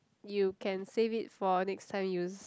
you can save it for next time use